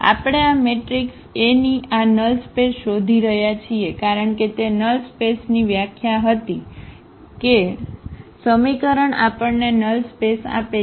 આપણે આ matrix A ની આ નલ સ્પેસ શોધી રહ્યા છીએ કારણ કે તે નલ સ્પેસની વ્યાખ્યા હતી કે સમીકરણ આપણને નલ સ્પેસ આપે છે